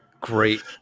Great